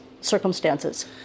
circumstances